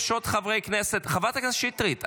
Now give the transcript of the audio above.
--- חברת הכנסת שטרית,